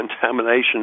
contamination